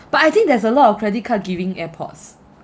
but I think there's a lot of credit card giving airpods